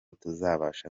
tuzabasha